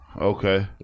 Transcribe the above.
Okay